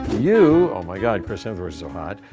you, oh my god, chris hemsworth is so hot.